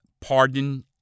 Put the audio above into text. pardon